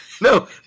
No